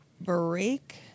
break